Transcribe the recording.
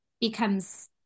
becomes